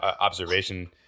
observation